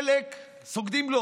חלק סוגדים לו